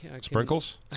Sprinkles